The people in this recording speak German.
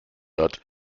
hat